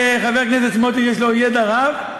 אומנם חבר הכנסת סמוטריץ יש לו ידע רב,